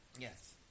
Yes